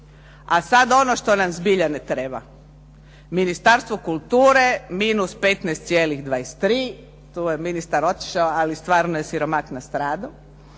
a sad ono što nam zbilja ne treba, Ministarstvo kulture -15,23. Tu je ministar otišao, ali stvarno je siromah nastradao